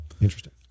Interesting